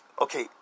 okay